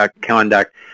conduct